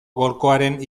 golkoaren